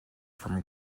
from